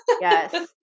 Yes